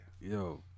Yo